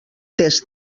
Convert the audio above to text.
test